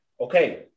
okay